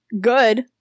good